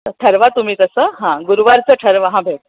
तर ठरवा तुम्ही तसं हां गुरुवारचं ठरवा हां भेट